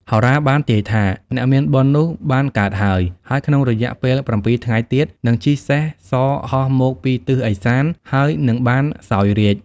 ហោរាបានទាយថា អ្នកមានបុណ្យនោះបានកើតហើយ ហើយក្នុងរយៈពេល ៧ ថ្ងៃទៀត នឹងជិះសេះសហោះមកពីទិសឦសាន ហើយនឹងបានសោយរាជ្យ ។